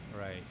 Right